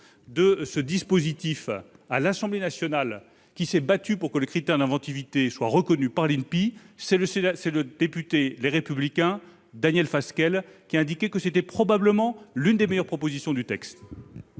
de ce dispositif à l'Assemblée nationale, celui qui s'est battu pour que le critère d'inventivité soit reconnu par l'INPI, c'est le député Les Républicains Daniel Fasquelle, qui a indiqué que c'était probablement l'une des meilleures propositions du texte.